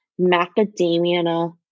macadamia